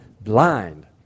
blind